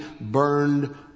burned